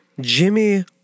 Jimmy